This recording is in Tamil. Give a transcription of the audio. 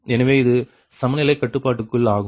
எனவே இது சமநிலை கட்டுப்பாடுகள் ஆகும்